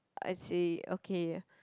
I see okay